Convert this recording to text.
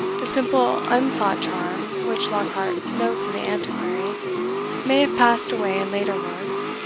the simple unsought charm which lockhart notes in the antiquary may have passed away in later works,